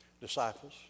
disciples